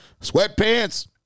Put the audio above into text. sweatpants